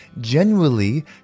genuinely